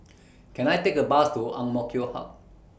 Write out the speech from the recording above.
Can I Take A Bus to Ang Mo Kio Hub